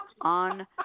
on